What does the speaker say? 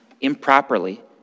improperly